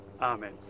Amen